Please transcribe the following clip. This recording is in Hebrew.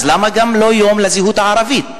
אז למה לא גם יום לזהות הערבית?